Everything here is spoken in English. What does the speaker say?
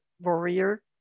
warrior